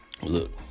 Look